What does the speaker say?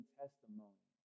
testimony